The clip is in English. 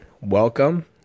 welcome